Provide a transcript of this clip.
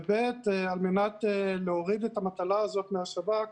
וב', על מנת להוריד את המטלה הזאת מהשב"כ